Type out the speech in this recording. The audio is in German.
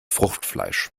fruchtfleisch